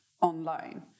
online